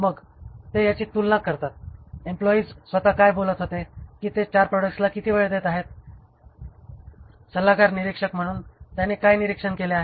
मग ते याची तुलना करतात एम्प्लॉयीस स्वतः काय बोलत होते की ते चार प्रॉडक्ट्सला किती वेळ देत आहेत सल्लागार निरीक्षक म्हणून त्याने काय निरीक्षण केले आहे